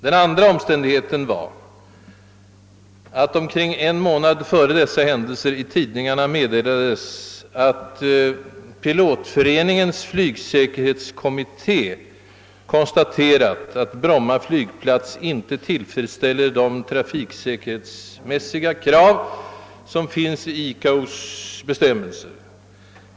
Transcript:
Den andra omständigheten var att det omkring en månad före dessa händelser i tidningarna meddelades, ait Pilotföreningens flygsäkerhetskommitté konstaterat att Bromma flygplats inte tillfredsställer de trafiksäkerhetsmässiga krav, som uppställs i ICAO:s bestämmelser.